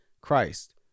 christ